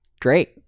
Great